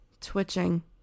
twitching